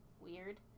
weird